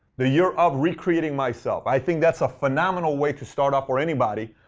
the year of recreating myself. i think that's a phenomenal way to start off for anybody,